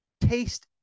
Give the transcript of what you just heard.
taste